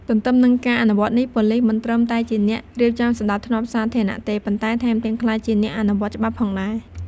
ទន្ទឹមនឹងការអនុវត្តន៍នេះ ប៉ូលីសមិនត្រឹមតែជាអ្នករៀបចំសណ្តាប់ធ្នាប់សាធារណៈទេ ប៉ុន្តែថែមទាំងក្លាយជាអ្នកអនុវត្តច្បាប់ផងដែរ។